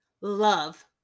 love